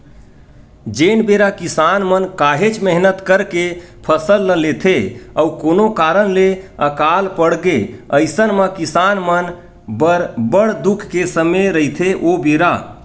जेन बेरा किसान मन काहेच मेहनत करके फसल ल लेथे अउ कोनो कारन ले अकाल पड़गे अइसन म किसान मन बर बड़ दुख के समे रहिथे ओ बेरा